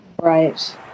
right